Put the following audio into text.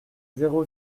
zéro